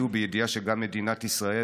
50 איש,